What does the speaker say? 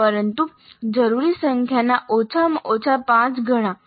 પરંતુ જરૂરી સંખ્યાના ઓછામાં ઓછા પાંચ ગણા